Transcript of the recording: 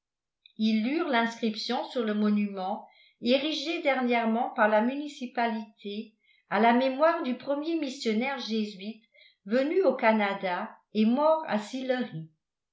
ils lurent l'inscription sur le monument érigé dernièrement par la municipalité à la mémoire du premier missionnaire jésuite venu au canada et mort à sillery